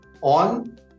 on